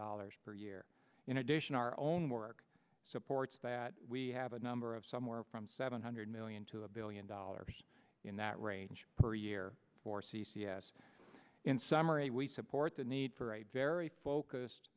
dollars per year in addition our own work supports that we have a number of somewhere from seven hundred million to a billion dollars in that range per year for c c s in summary we support the need for a very focused